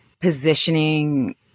positioning